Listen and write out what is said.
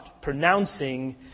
pronouncing